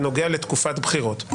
בנוגע לתקופת בחירות,